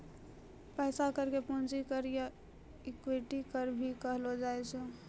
पैसा कर के पूंजी कर या इक्विटी कर भी कहलो जाय छै